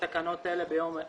ביום ה'